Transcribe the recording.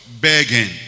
Begging